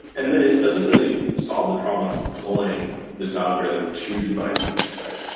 and then it doesn't really solve the problem of deploying this algorithm to devices, right?